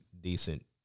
decent